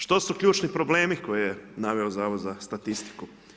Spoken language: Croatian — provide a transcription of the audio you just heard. Što su ključni problemi koje je naveo Zavod za statistiku?